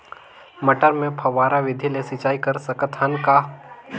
मटर मे फव्वारा विधि ले सिंचाई कर सकत हन का?